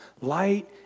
light